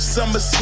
Summer